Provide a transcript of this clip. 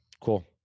Cool